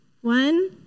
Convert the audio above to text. One